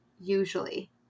usually